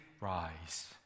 rise